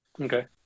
Okay